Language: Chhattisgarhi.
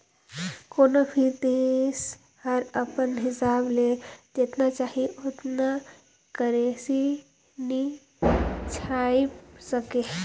कोनो भी देस हर अपन हिसाब ले जेतना चाही ओतना करेंसी नी छाएप सके